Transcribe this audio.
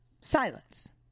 silence